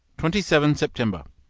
twenty seven september.